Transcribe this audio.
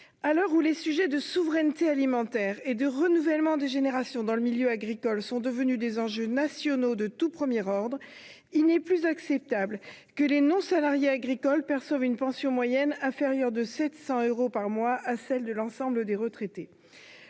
À l'heure où la souveraineté alimentaire et le renouvellement des générations dans le milieu agricole sont devenus des enjeux nationaux de tout premier ordre, il n'est plus acceptable que les non-salariés agricoles perçoivent une pension moyenne inférieure de 700 euros par mois à celle de l'ensemble des retraités.